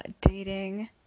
dating